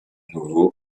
nouveau